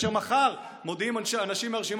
וכאשר מחר מודיעים אנשים מהרשימה